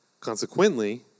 Consequently